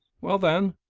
well, then?